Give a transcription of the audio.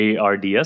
ARDS